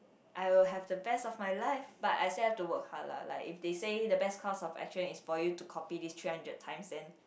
I will have the best of my life but I still have to work hard lah like if they said the best course of action is for you to copy this three hundred times then